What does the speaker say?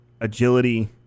agility